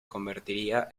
convertiría